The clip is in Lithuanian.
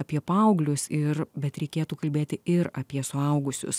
apie paauglius ir bet reikėtų kalbėti ir apie suaugusius